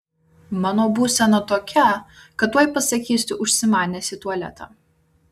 mano būsena tokia kad tuoj pasakysiu užsimanęs į tualetą